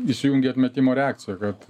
įsijungia atmetimo reakcija kad